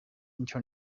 into